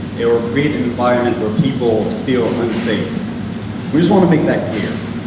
and or create an environment where people feel unsafe. i just want to make that clear.